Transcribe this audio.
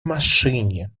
машине